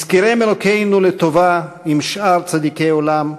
יזכרם אלוקינו לטובה עם שאר צדיקי עולם,